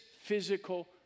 physical